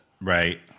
right